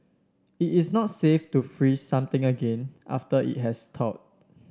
it is not safe to freeze something again after it has thawed